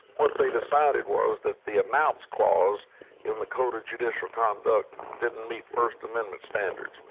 what they decided was that the announce clause in the code of judicial conduct, didn't meet first amendment standards.